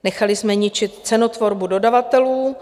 Nechali jsme ničit cenotvorbu dodavatelů.